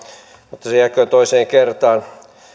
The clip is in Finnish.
mutta se se jääköön toiseen kertaan